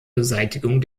beseitigung